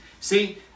See